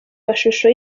mashusho